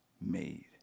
made